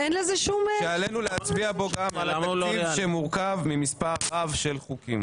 שעלינו להצביע בו גם על התקציב שמורכב ממספר רב של חוקים.